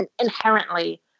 inherently